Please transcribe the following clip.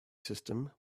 system